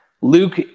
Luke